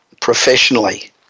professionally